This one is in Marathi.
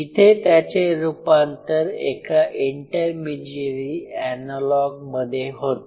इथे त्याचे रूपांतर एका इंटरमिजियरी एनालॉग मध्ये होते